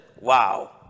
wow